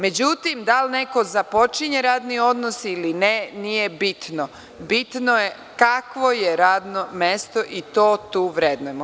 Međutim, da li neko započinje radni odnos ili ne, nije bitno, bitno je kakvo je radno mesto i to tu vrednujemo.